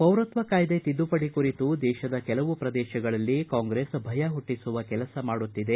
ಪೌರತ್ವ ಕಾಯ್ದೆ ತಿದ್ದುಪಡಿ ಕುರಿತು ದೇಶದ ಕೆಲವು ಪ್ರದೇಶಗಳಲ್ಲಿ ಕಾಂಗ್ರೆಸ್ ಭಯ ಹುಟ್ಟಿಸುವ ಕೆಲಸ ಮಾಡುತ್ತಿದೆ